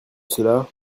cela